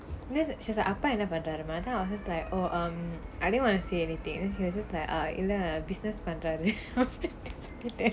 then she was like அப்பா என்ன பண்றாருமா:appa enna pandraarumaa then I was just like oh um I didn't want to say anything and she was just like business பண்றாரு அப்பிடின்னு சொல்லிட்டேன்:pandraaru appidinu sollittaen